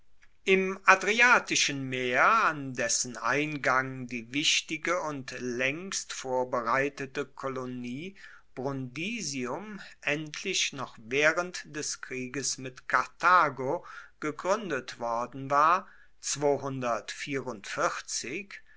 im adriatischen meer an dessen eingang die wichtige und laengst vorbereitete kolonie brundisium endlich noch waehrend des krieges mit karthago gegruendet worden war